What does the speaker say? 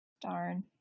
Darn